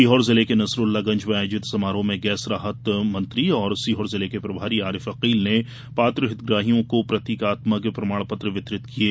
सीहोर जिले के नसरुल्लागंज में आयोजित समारोह में गैस राहत मंत्री और सीहोर जिले के प्रभारी आरिफ अकील ने पात्र हितग्राहियों को प्रतिकात्मक प्रमाण पत्र वितरित किये